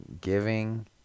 giving